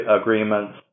agreements